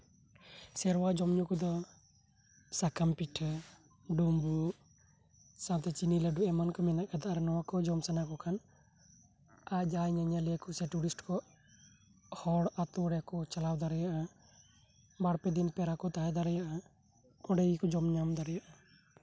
ᱥᱮᱨᱣᱟ ᱡᱚᱢ ᱧᱩ ᱠᱚᱫᱚ ᱥᱟᱠᱟᱢ ᱯᱤᱴᱷᱟᱹ ᱰᱳᱢᱵᱳᱜ ᱥᱟᱶᱛᱮ ᱪᱤᱱᱤ ᱞᱟᱹᱰᱩ ᱮᱢᱟᱱ ᱠᱚ ᱢᱮᱱᱟᱜ ᱟᱠᱟᱫᱟ ᱟᱨ ᱱᱚᱶᱟ ᱠᱚ ᱡᱚᱢ ᱥᱟᱱᱟ ᱠᱚ ᱠᱷᱟᱱ ᱟᱨ ᱡᱟᱦᱟᱸᱭ ᱧᱮᱧᱮᱞᱤᱭᱟᱹ ᱥᱮ ᱴᱩᱨᱤᱥᱴ ᱠᱚ ᱦᱚᱲ ᱟᱛᱳ ᱨᱮᱠᱚ ᱪᱟᱞᱟᱣ ᱫᱟᱲᱮᱭᱟᱜᱼᱟ ᱵᱟᱨᱼᱯᱮ ᱫᱤᱱ ᱯᱮᱲᱟ ᱠᱚ ᱛᱟᱦᱮᱸ ᱫᱟᱲᱮᱭᱟᱜᱼᱟ ᱚᱸᱰᱮ ᱜᱮᱠᱚ ᱡᱚᱢ ᱧᱟᱢ ᱫᱟᱲᱮᱭᱟᱜᱼᱟ